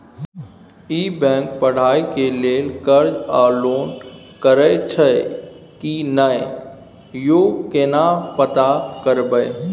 ई bank पढ़ाई के लेल कर्ज आ लोन करैछई की नय, यो केना पता करबै?